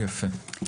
יפה.